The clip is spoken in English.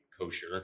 kosher